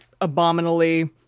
abominably